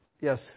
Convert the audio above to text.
Yes